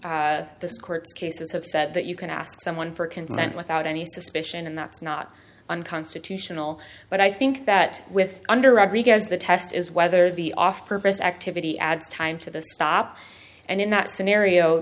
at this court cases have said that you can ask someone for consent without any suspicion and that's not unconstitutional but i think that with under rodriguez the test is whether the off purpose activity adds time to the stop and in that scenario